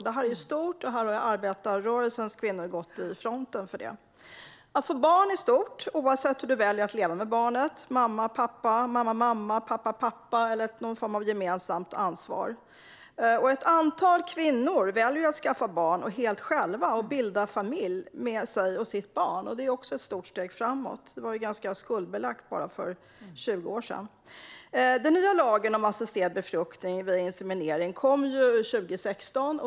Det här är stort och någonting som arbetarrörelsens kvinnor har gått i fronten för. Att få barn är stort oavsett hur man väljer att leva med barnet: mamma och pappa, mamma och mamma, pappa och pappa eller någon form av gemensamt ansvar. Ett antal kvinnor väljer att skaffa barn helt själva och bilda familj med sig och sitt barn. Det är också ett stort steg framåt. Det var ganska skuldbelagt bara för 20 år sedan. Den nya lagen om assisterad befruktning via inseminering kom 2016.